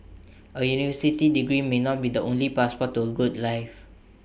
A university degree may not be the only passport to A good life